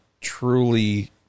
truly